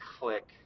click